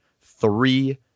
three